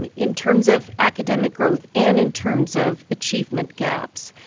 um in terms of academic growth and in terms of achievement gaps,